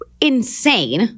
insane